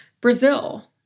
Brazil